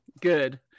Good